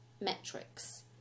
metrics